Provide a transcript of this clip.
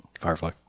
Firefly